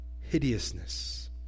hideousness